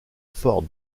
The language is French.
ford